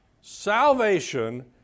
Salvation